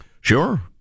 Sure